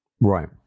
right